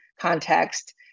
context